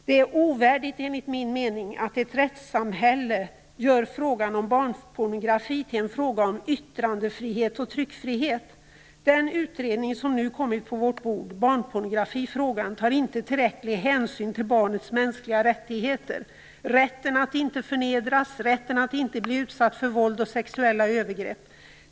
Det är, enligt min mening, ovärdigt att ett rättssamhälle gör frågan om barnpornografi till en fråga om yttrandefrihet och tryckfrihet. I den utredning som nu kommit på vårt bord, Barnpornografifrågan, tar man inte tillräcklig hänsyn till barnets mänskliga rättigheter - rätten att inte förnedras, rätten att inte bli utsatt för våld och sexuella övergrepp.